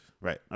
Right